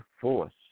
force